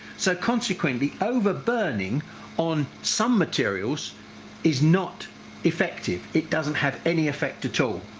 so consequently over burning on some materials is not effective, it doesn't have any effect at all.